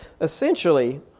essentially